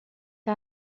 que